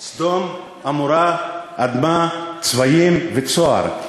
סדום, עמורה, אדמה, צבויים וצוער.